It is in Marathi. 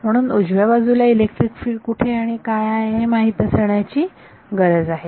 म्हणून उजव्या बाजूला इलेक्ट्रिक फील्ड कुठे आणि काय आहे हे माहीत असण्याची गरज आहे